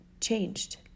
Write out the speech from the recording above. changed